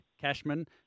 Cashman